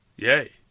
Yay